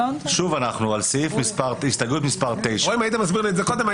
שוב אנחנו בהסתייגות מס' 9. אם היית מסביר לי את זה קודם,